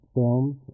films